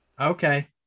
Okay